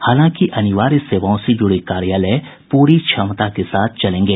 हालांकि अनिवार्य सेवाओं से जुड़े कार्यालय पूरी क्षमता के साथ चलेंगे